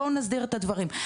בואו נסדיר את הדברים,